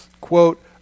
quote